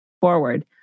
forward